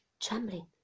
trembling